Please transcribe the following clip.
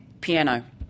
piano